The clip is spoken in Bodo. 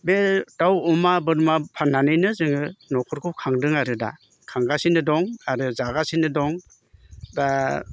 बे दाउ अमा बोरमा फान्नानैनो जोङो नखरखौ खांदों आरो दा खांगासिनो दं आरो जागासिनो दं दा